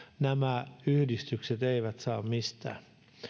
nämä yhdistykset eivät saa mistään